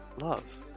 love